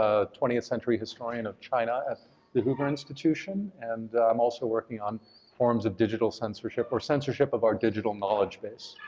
ah twentieth century historian of china at the hoover institution and i'm also working on forms of digital censorship or censorship of our digital knowledge base.